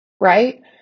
right